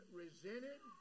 resented